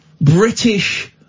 British